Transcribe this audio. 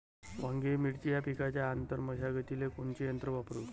वांगे, मिरची या पिकाच्या आंतर मशागतीले कोनचे यंत्र वापरू?